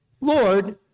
Lord